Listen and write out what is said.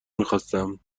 میخواستم